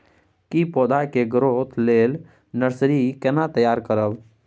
की पौधा के ग्रोथ लेल नर्सरी केना तैयार करब?